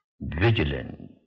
Vigilant